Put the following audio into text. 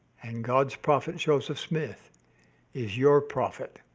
and god's prophet joseph smith is your prophet.